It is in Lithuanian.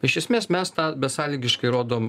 iš esmės mes tą besąlygiškai rodom